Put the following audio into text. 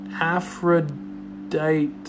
Aphrodite